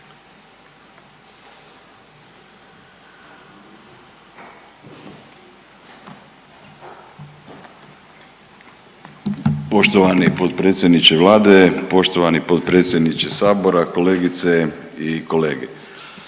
Poštovani potpredsjedniče Vlade, poštovani potpredsjedniče Sabora, kolegice i kolege.